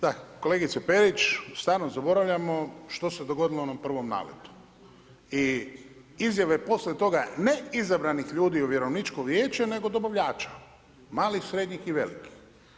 Da, kolegice Perić, stalno zaboravljamo što se dogodilo u onom prvom naletu i izjave poslije toga, ne izabranih ljudi u vjerovničko vijeće, nego dobavljača, malih, srednjih i velikih.